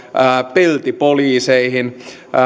peltipoliiseihin